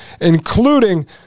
including